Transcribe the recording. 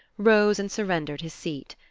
rose and surrendered his seat.